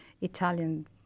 Italian